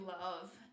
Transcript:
love